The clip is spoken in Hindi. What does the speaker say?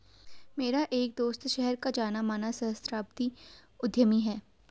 मेरा एक दोस्त शहर का जाना माना सहस्त्राब्दी उद्यमी है